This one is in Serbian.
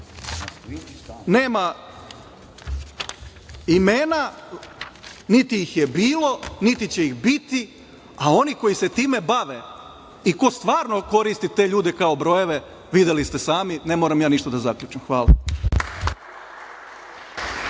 imena, niti ih je bilo, niti će ih biti, a oni koji se time bave i ko stvarno koristi te ljude kao brojeve, videli ste sami, ne moram ja ništa da zaključim. Hvala.